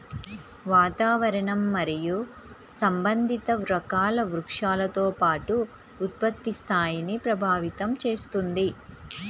వాతావరణం మరియు సంబంధిత రకాల వృక్షాలతో పాటు ఉత్పత్తి స్థాయిని ప్రభావితం చేస్తుంది